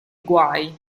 guai